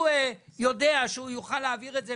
הוא יודע שהוא יוכל להעביר את זה,